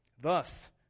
Thus